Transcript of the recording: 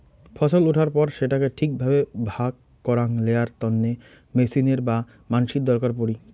ফছল উঠার পর সেটাকে ঠিক ভাবে ভাগ করাং লেয়ার তন্নে মেচিনের বা মানসির দরকার পড়ি